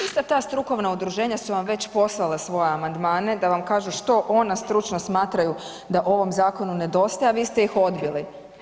Ista ta strukovna udruženja su vam već poslala svoje amandmane da vam kažu što ona stručno smatraju da ovom zakonu nedostaje, a vi ste ih odbili.